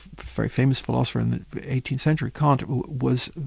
very famous philosopher in the eighteenth century, kant was